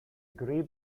grey